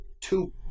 two